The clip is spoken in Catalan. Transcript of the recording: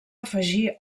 afegir